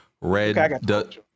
red